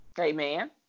Amen